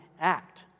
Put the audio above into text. act